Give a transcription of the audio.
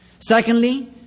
Secondly